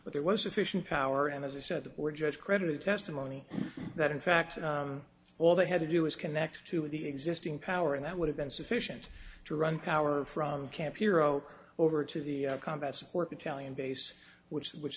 but there was sufficient power and as i said we're judged credit testimony that in fact all they had to do is connect to the existing power and that would have been sufficient to run power from camp hero over to the combat support battalion base which which